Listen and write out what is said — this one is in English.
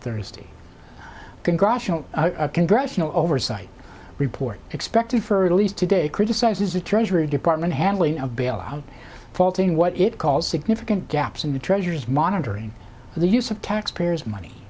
thursday congressional congressional oversight report expected for at least today criticizes the treasury department handling of bailout faltering what it calls significant gaps in the treasury's monitoring the use of taxpayers money